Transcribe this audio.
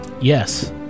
Yes